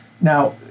Now